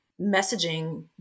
messaging